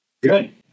Good